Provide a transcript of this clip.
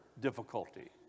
difficulty